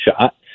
shot